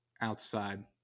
Outside